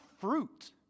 fruit